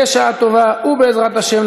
בשעה טובה ובעזרת השם,